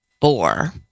four